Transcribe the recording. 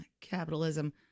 capitalism